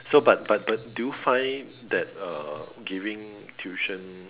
so but but but do you find that uh giving tuition